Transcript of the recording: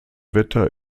wetter